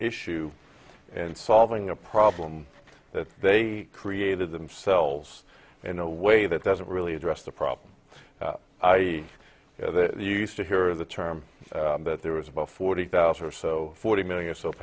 issue and solving a problem that they created themselves in a way that doesn't really address the problem i used to hear the term that there was about forty thousand or so forty million